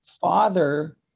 father